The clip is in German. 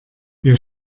wir